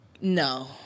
No